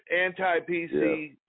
anti-PC